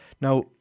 Now